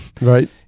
right